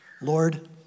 Lord